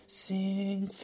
sing